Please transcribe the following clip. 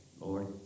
Lord